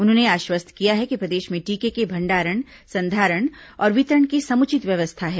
उन्होंने आश्वस्त किया है कि प्रदेश में टीके के भंडारण संधारण और वितरण की समुचित व्यवस्था है